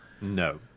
No